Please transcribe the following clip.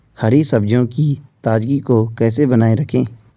हरी सब्जियों की ताजगी को कैसे बनाये रखें?